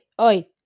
oi